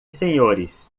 senhores